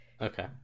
Okay